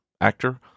actor